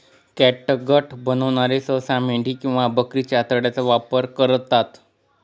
catgut बनवणारे सहसा मेंढी किंवा बकरीच्या आतड्यांचा वापर करतात